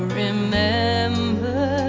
remember